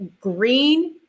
green